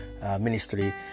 ministry